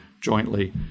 jointly